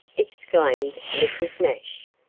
exclaimed mrs. nash.